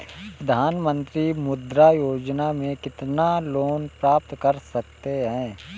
प्रधानमंत्री मुद्रा योजना में कितना लोंन प्राप्त कर सकते हैं?